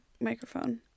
microphone